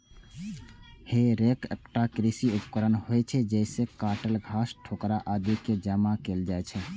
हे रैक एकटा कृषि उपकरण होइ छै, जइसे काटल घास, ठोकरा आदि कें जमा कैल जाइ छै